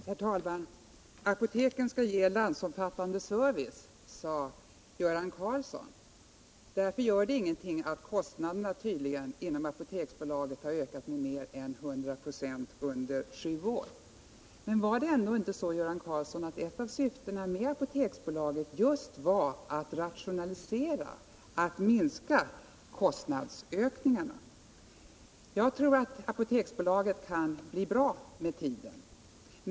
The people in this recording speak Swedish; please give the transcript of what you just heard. Herr talman! Apoteken skall ge landsomfattande service, sade Göran Karlsson. Därför gör det tydligen ingenting att kostnaderna inom Apoteksbolaget har ökat med mer än 100 96 under sju år. Men var det ändå inte så, Göran Karlsson, att ett av syftena med Apoteksbolaget just var att rationalisera, att minska kostnadsökningarna? Jag tror att Apoteksbolaget kan bli bra med tiden.